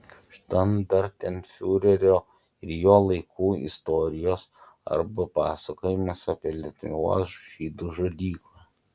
štandartenfiurerio ir jo laikų istorijos arba pasakojimas apie lietuvos žydų žudiką